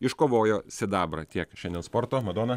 iškovojo sidabrą tiek šiandien sporto madona